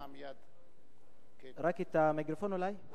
רק את המיקרופון אולי?